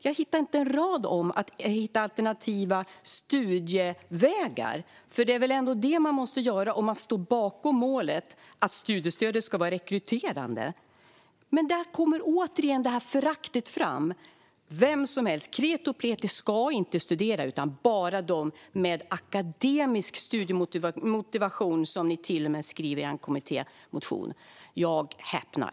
Jag hittar inte en enda rad om alternativa studievägar. För det är väl ändå sådana man måste införa om man står bakom målet att studiestödet ska vara rekryterande. Här kommer återigen det där föraktet fram. Vem som helst - kreti och pleti - ska inte studera utan bara de med akademisk studiemotivation, vilket ni till och med skriver i er kommittémotion. Jag häpnar.